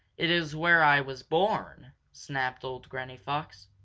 it is where i was born! snapped old granny fox.